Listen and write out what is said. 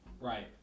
Right